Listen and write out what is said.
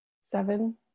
seven